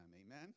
Amen